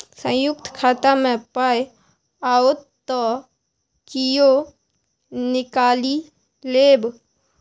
संयुक्त खाता मे पाय आओत त कियो निकालि लेब